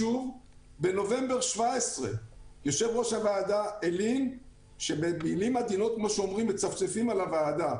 בנובמבר 2017 הלין יושב-ראש הוועדה ואמר שמצפצפים על הוועדה.